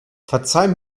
verzeiht